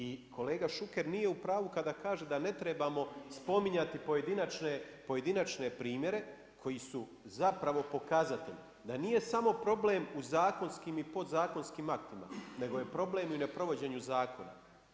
I kolega Šuker nije upravu kada kaže da ne trebamo spominjati pojedinačne primjere koji su pokazatelji da nije samo problem u zakonskim i podzakonskim aktima nego je problem i u neprovođenju zakona.